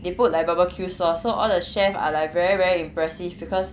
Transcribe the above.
they put like barbecue sauce so all the chef are like very very impressive because